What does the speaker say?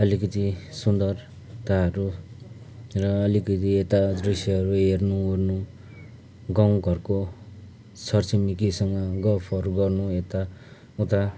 अलिकति सुन्दरताहरू र अलिकति यता दृश्यहरू हेर्नु ओर्नु गाउँ घरको छर छिमेकीसँग गफहरू गर्नु यताउता